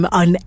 on